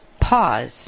Pause